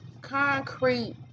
concrete